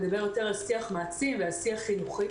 מדבר יותר על שיח מעצים ועל שיח חינוכי.